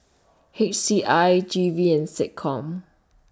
H C I G V and Seccom